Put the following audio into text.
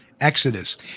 exodus